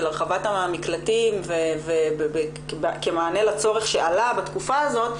הרחבת המקלטים כמענה לצורך שעלה בתקופה הזאת,